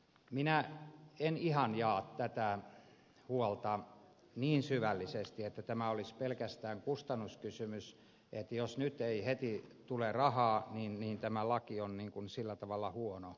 minä en ihan jaa tätä huolta niin syvällisesti että tämä olisi pelkästään kustannuskysymys että jos nyt ei heti tule rahaa niin tämä laki on niin kuin sillä tavalla huono